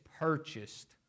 purchased